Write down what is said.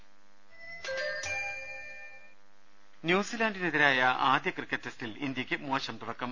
രുമ്പ്പെട്ടിര ന്യൂസിലാൻറിനെതിരായ ആദ്യ ക്രിക്കറ്റ് ടെസ്റ്റിൽ ഇന്ത്യക്ക് മോശം തുടക്കം